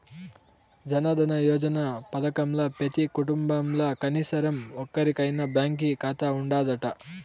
జనదన యోజన పదకంల పెతీ కుటుంబంల కనీసరం ఒక్కోరికైనా బాంకీ కాతా ఉండాదట